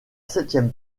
septième